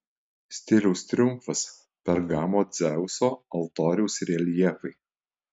stiliaus triumfas pergamo dzeuso altoriaus reljefai